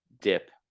dip